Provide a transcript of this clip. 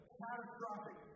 catastrophic